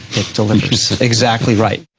it delivers, exactly right.